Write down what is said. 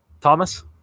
Thomas